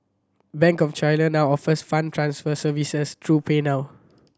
Bank of China now offers fund transfer services through PayNow